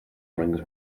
rings